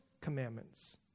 commandments